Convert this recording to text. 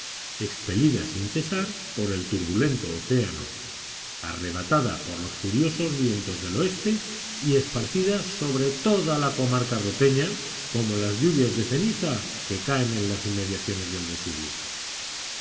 expelida sin cesar por el turbulento océano arrebatada por los furiosos vientos del oeste y esparcida sobre toda la comarca roteña como las lluvias de ceniza que caen en las inmediaciones del vesubio